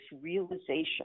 realization